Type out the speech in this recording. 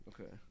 Okay